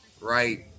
right